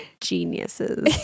geniuses